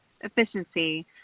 efficiency